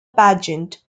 pageant